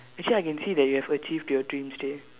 actually I can see that you have achieved your dreams there